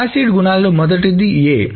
acid గుణాలలో మొదటిది A